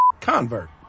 convert